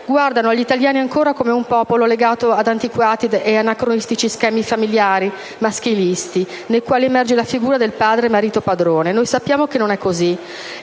guardano agli italiani ancora come ad un popolo legato ad antiquati ed anacronistici schemi familiari maschilisti nei quali emerge la figura del padre-marito padrone. Sappiamo che non è così,